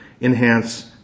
Enhance